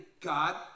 God